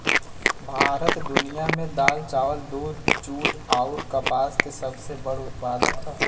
भारत दुनिया में दाल चावल दूध जूट आउर कपास के सबसे बड़ उत्पादक ह